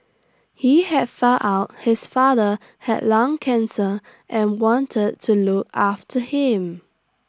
he had found out his father had lung cancer and wanted to look after him